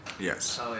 Yes